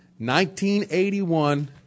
1981